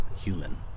human